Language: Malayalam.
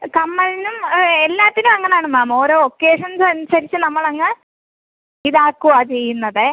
കമ്മലിനും എല്ലാത്തിനും അങ്ങനെ ആണ് മാം ഓരോ ഒക്കേഷൻസും അനുസരിച്ച് നമ്മൾ അങ്ങ് ഇത് ആക്കുവാ ചെയ്യുന്നതേ